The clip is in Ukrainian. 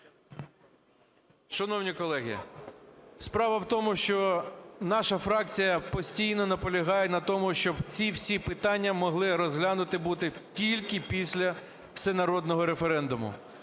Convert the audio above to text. Шановні колеги, справа в тому, що наша фракція постійно наполягає на тому, щоб ці всі питання могли розглянуті бути тільки після всенародного референдуму.